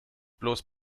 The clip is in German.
bloß